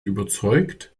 überzeugt